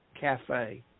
Cafe